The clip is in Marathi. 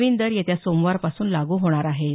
नवीन दर येत्या सोमावरपासून लागू होणार आहेत